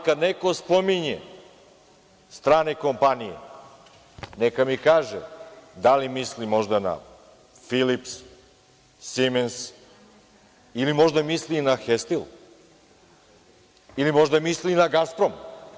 Kada neko spominje strane kompanije neka mi kaže da li misli možda na „Filips“, „Simens“ ili možda misli na „Hestil“ ili možda misli i na „Gasprom“